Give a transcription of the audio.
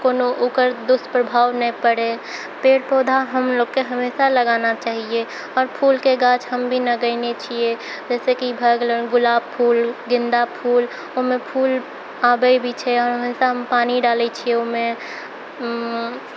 कोनो ओकर दुष्प्रभाव नहि पड़ए पेड़ पौधा हमलोगके हमेशा लगाना चाहिए आओर फूलके गाछ हम भी लगैने छिए जइसेकि भऽ गेलै गुलाब फूल गेन्दा फूल ओहिमे फूल आबै भी छै आओर हमेशा हम पानी डालै छिए ओहिमे